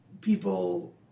people